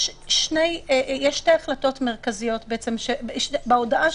יש שתי החלטות מרכזיות בהודעתו: